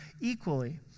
equally